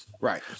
Right